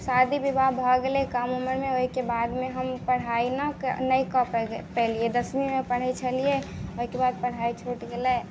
शादी बिआह भऽ गेलै कम उमरमे ओहिके बादमे हम पढ़ाइ ने नहि कऽ पेलिए दसमीमे पढ़ै छलिए ओहिके बाद पढ़ाइ छुटि गेलै